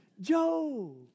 Joe